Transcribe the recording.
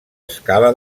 escala